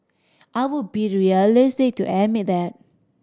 I will be realistic to admit that